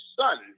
son